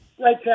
Right